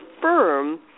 firm